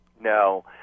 No